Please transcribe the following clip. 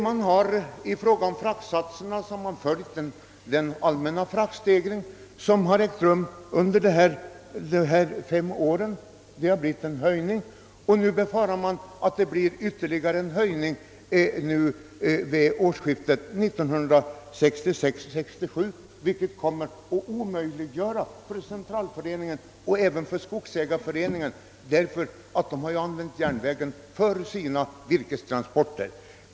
I fråga om fraktsatserna har man följt med i den allmänna stegringen av satserna som ägt rum under de sista fem åren, och nu befaras ytterligare en höjning vid årsskiftet 1966/67, vilket kommer att göra det omöjligt för centralföreningen — och även för skogsägareföreningen, som tidigare fraktat virke på järnvägen — att använda järnvägen för sina trans Porter.